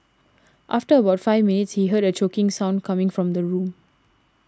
after about five minutes he heard a choking sound coming from the room